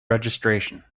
registration